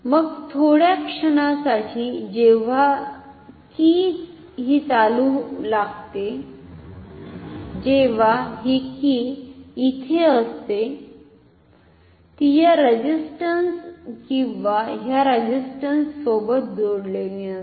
मग थोड्या क्षणासाठी जेव्हा की हि चालु लागते जेव्हा हि की इथे असते ती ह्या रेझिस्ट्न्स किंवा ह्या रेझिस्ट्न्स सोबत जोडलेली नसते